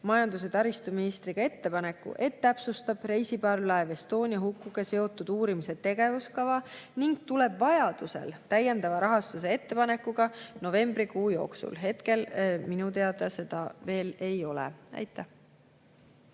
majandus- ja taristuministriga ettepaneku, et täpsustab reisiparvlaev Estonia hukuga seotud uurimise tegevuskava ning tuleb vajadusel välja täiendava rahastuse ettepanekuga novembrikuu jooksul. Praegu minu teada seda [ettepanekut] veel ei ole. Aitäh!